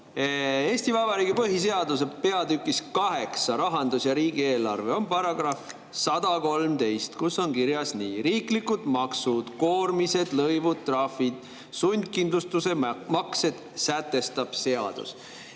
Eesti Vabariigi põhiseaduse peatükis VIII "Rahandus ja riigieelarve" on § 113, kus on kirjas: "Riiklikud maksud, koormised, lõivud, trahvid ja sundkindlustuse maksed sätestab seadus."